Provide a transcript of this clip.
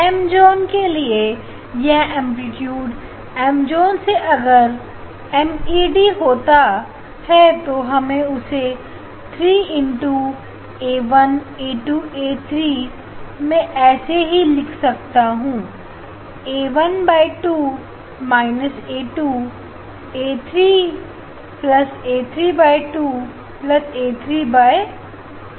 Amazon के लिए यह एंप्लीट्यूड ऐमजॉन से अगर med होता है तो हम उसे 3 a1 a2 a3 मैं उसे ऐसे भी लिख सकता हूं a1 बटा दो ए२ए३ए३२ए३२